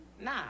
Nah